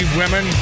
women